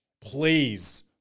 please